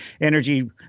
energy